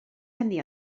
hynny